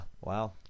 wow